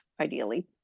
ideally